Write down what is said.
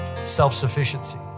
Self-sufficiency